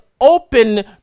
open